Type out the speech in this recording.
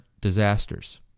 disasters